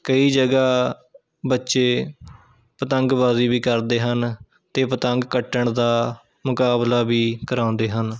ਕਈ ਜਗ੍ਹਾ ਬੱਚੇ ਪਤੰਗਬਾਜ਼ੀ ਵੀ ਕਰਦੇ ਹਨ ਅਤੇ ਪਤੰਗ ਕੱਟਣ ਦਾ ਮੁਕਾਬਲਾ ਵੀ ਕਰਾਉਂਦੇ ਹਨ